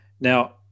Now